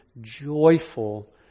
joyful